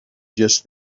just